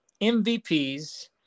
MVPs